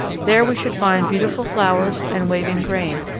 there we should find beautiful flowers and waving grain,